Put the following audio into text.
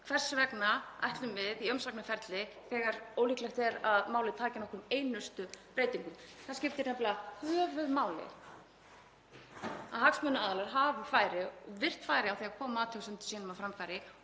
Hvers vegna ætlum við í umsagnarferli þegar ólíklegt er að málið taki nokkrum einustu breytingum? Það skiptir nefnilega höfuðmáli að hagsmunaaðilar hafi virkt færi á því að koma athugasemdum sínum á framfæri